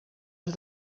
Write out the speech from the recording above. els